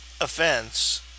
offense